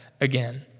again